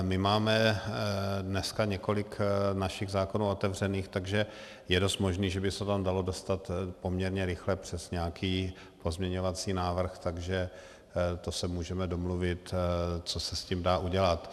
My máme dneska několik našich zákonů otevřených, takže je dost možné, že by se to tam dalo dostat poměrně rychle přes nějaký pozměňovací návrh, takže to se můžeme domluvit, co se s tím dá udělat.